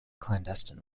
clandestine